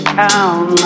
town